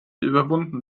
überwunden